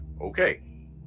Okay